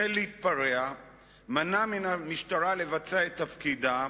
החל להתפרע ומנע מהמשטרה לבצע את תפקידה,